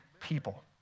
people